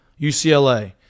ucla